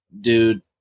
dude